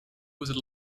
was